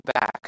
back